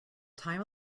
time